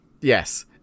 Yes